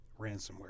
ransomware